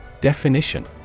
Definition